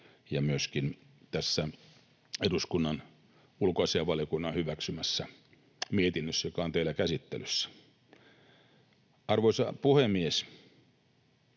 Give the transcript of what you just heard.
ja myöskin tässä eduskunnan ulkoasiainvaliokunnan hyväksymässä mietinnössä, joka on täällä käsittelyssä. Arvoisa puhemies!